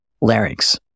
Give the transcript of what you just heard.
larynx